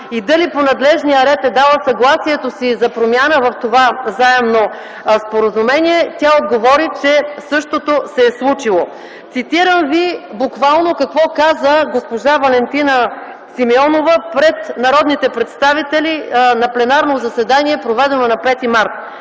и дали по надлежния ред е дала съгласието си за промяна в това Заемно споразумение, тя отговори, че същото се е случило. Цитирам Ви буквално какво каза госпожа Валентина Симеонова пред народните представители на пленарно заседание, проведено на 5 март.